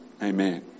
Amen